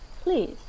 Please